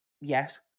Yes